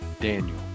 Daniel